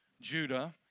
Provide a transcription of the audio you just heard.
Judah